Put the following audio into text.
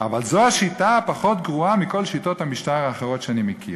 אבל זו השיטה הפחות גרועה מכל שיטות המשטר האחרות שאני מכיר.